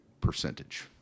percentage